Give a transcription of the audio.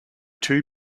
two